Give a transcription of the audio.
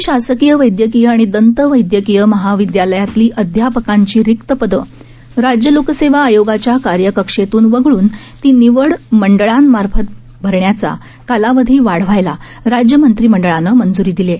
राज्यातली शासकीय वैद्यकीय आणि दंत वैद्यकीय महाविद्यालयातली अध्यापकांची रिक्त पदं राज्य लोकसेवा आयोगाच्या कार्यकक्षेतन वगळन ती निवड मंडळांमार्फत भरण्याचा कालावधी वाढवायला राज्य मंत्रीमंडळानं मंजूरी दिली आहे